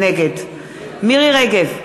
נגד מירי רגב,